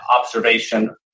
observation